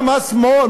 גם השמאל,